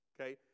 Okay